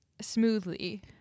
smoothly